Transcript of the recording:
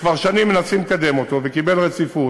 שכבר שנים מנסים לאתר אותו, והוא קיבל רציפות,